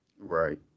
Right